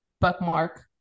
bookmark